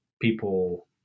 people